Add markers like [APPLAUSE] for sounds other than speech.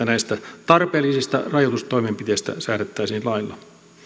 [UNINTELLIGIBLE] näistä tarpeellisista rajoitustoimenpiteistä säädettäisiin lailla